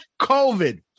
COVID